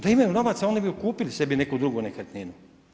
Da imaju novaca oni bi kupili sebi neku drugu nekretninu.